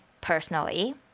personally